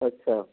अच्छा